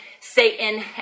Satan